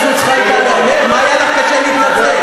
אסור היה לך לומר את שאמרת.